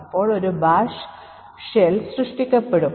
അപ്പോൾ ഒരു bash shell സൃഷ്ടിക്കപ്പെടും